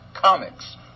comics